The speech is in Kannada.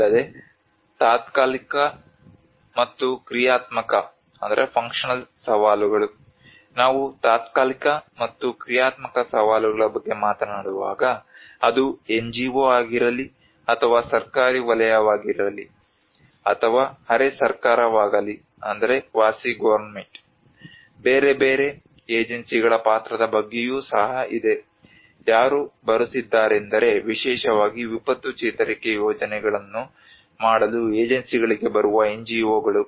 ಅಲ್ಲದೆ ತಾತ್ಕಾಲಿಕ ಮತ್ತು ಕ್ರಿಯಾತ್ಮಕ ಸವಾಲುಗಳು ನಾವು ತಾತ್ಕಾಲಿಕ ಮತ್ತು ಕ್ರಿಯಾತ್ಮಕ ಸವಾಲುಗಳ ಬಗ್ಗೆ ಮಾತನಾಡುವಾಗ ಅದು NGO ಆಗಿರಲಿ ಅಥವಾ ಸರ್ಕಾರಿ ವಲಯವಾಗಲಿ ಅಥವಾ ಅರೆ ಸರ್ಕಾರವಾಗಲಿ ಬೇರೆ ಬೇರೆ ಏಜೆನ್ಸಿಗಳ ಪಾತ್ರದ ಬಗ್ಗೆಯೂ ಸಹ ಇದೆ ಯಾರು ಬರುತ್ತಿದ್ದಾರೆಂದರೆ ವಿಶೇಷವಾಗಿ ವಿಪತ್ತು ಚೇತರಿಕೆ ಯೋಜನೆಗಳನ್ನು ಮಾಡಲು ಏಜೆನ್ಸಿಗಳಿಗೆ ಬರುವ NGO ಗಳು